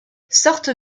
sorte